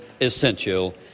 essential